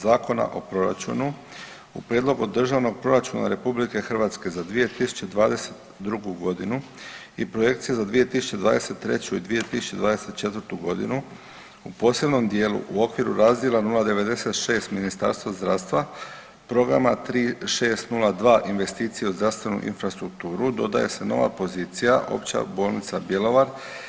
Zakona o proračunu u prijedlogu državnog proračuna RH za 2022. godinu i projekcije za 2023. i 2024. godinu u posebnom dijelu u okviru razdjela 096 Ministarstvo zdravstva programa 3602 Investicije u zdravstvenu infrastrukturu dodaje se nova pozicija Opća bolnica Bjelovar.